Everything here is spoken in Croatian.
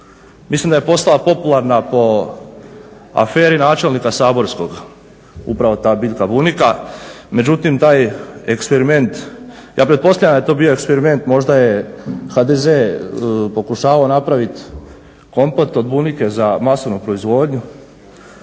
Mislim da je postala popularna po aferi načelnika Saborskog upravo ta biljka bunika. Međutim, taj eksperiment, ja pretpostavljam da je to bio eksperiment, možda je HDZ pokušavao napraviti komplet od bunike za masovnu proizvodnju,